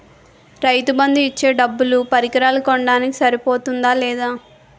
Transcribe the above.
రైతు బందు ఇచ్చే డబ్బులు పరికరాలు కొనడానికి సరిపోతుందా లేదా?